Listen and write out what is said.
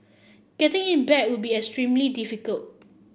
getting it back would be extremely difficult